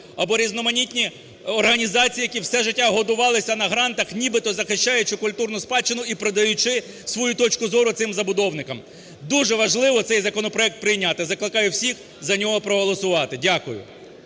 або різноманітні організації, які все життя годувалися на грантах нібито захищаючи культурну спадщину і продаючи свою точку зору цим забудовникам. Дуже важливо цей законопроект прийняти. Закликаю всіх за нього проголосувати. Дякую.